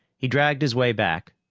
he dragged his way back,